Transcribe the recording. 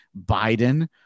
Biden